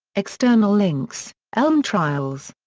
external links elm trials.